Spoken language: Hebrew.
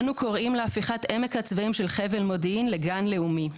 אנו קוראים להפיכת עמק הצבאים של חבל מודיעין לגן לאומי.